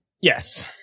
Yes